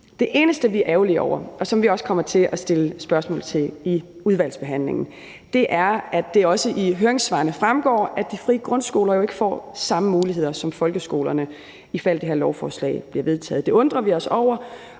Det eneste, vi er ærgerlige over, og som vi også kommer til at stille spørgsmål om i udvalgsbehandlingen, er, at det også i høringssvarene fremgår, at de frie grundskoler jo ikke får samme muligheder som folkeskolerne, ifald det her lovforslag bliver vedtaget. Det undrer vi os over,